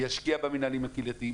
ישקיעו במינהלים הקהילתיים,